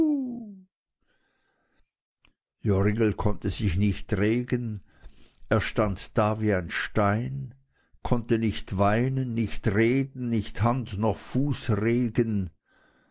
konnte sich nicht regen er stand da wie ein stein konnte nicht weinen nicht reden nicht hand noch fuß regen